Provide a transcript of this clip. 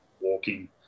walking